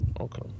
Okay